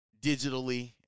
digitally